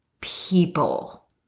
people